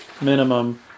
minimum